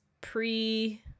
pre